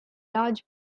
large